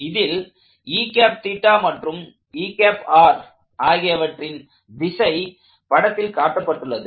இதில் மற்றும் ஆகியவற்றின் திசை படத்தில் காட்டப்பட்டுள்ளது